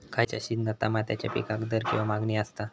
खयच्या सिजनात तमात्याच्या पीकाक दर किंवा मागणी आसता?